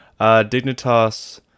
Dignitas